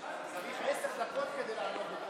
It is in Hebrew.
אני צריך עשר דקות כדי לענות לכל,